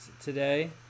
today